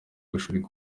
bashobora